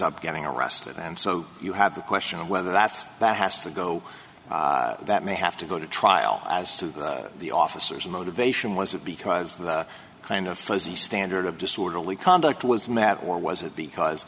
up getting arrested and so you have the question of whether that's that has to go that may have to go to trial as to the officers motivation was it because that kind of fuzzy standard of disorderly conduct was mad or was it because